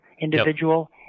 individual